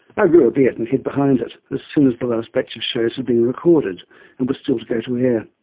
i grew a beard and hid behind it, as soon as the last batch of the shows had been recorded and were still to go to air.